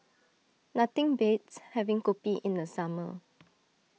nothing beats having Kopi in the summer